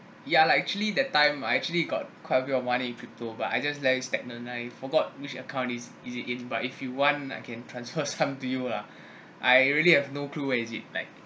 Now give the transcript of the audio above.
ya like actually that time I actually got quite a bit of money in cryto but I just let it stagnant and I forgot which account is it but if you want I can transfer some to you lah I really have no clue what is it like